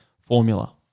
formula